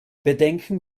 bedenken